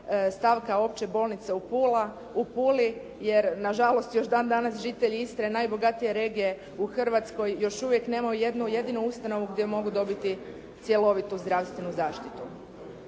stavka Opće bolnice u Puli jer na žalost još dan danas žitelji Istre, najbogatije regije u Hrvatskoj još uvijek nemaju jednu jedinu ustanovu gdje mogu dobiti cjelovitu zdravstvenu zaštitu.